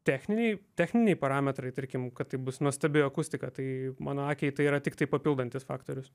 techniniai techniniai parametrai tarkim kad tai bus nuostabi akustika tai mano akiai tai yra tiktai papildantis faktorius